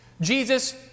Jesus